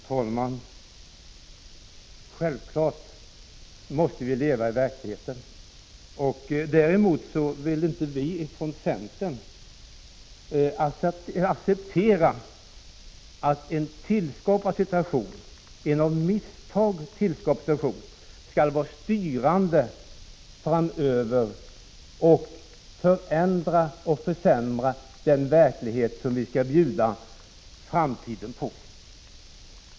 Herr talman! Självfallet skall vi leva i verkligheten. Däremot vill inte vi från centern acceptera att en av misstag tillskapad situation skall vara styrande framöver och förändra och försämra den verklighet som vi skall bjuda framtiden på.